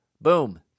Boom